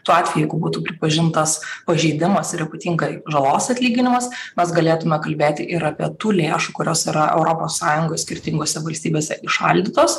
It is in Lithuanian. tuo atveju jeigu būtų pripažintas pažeidimas ir ypatingai žalos atlyginimas mes galėtume kalbėti ir apie tų lėšų kurios yra europos sąjungos skirtingose valstybėse įšaldytos